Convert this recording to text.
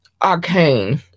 arcane